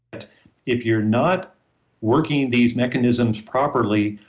but if you're not working these mechanisms properly,